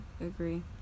agree